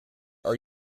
are